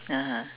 (uh huh)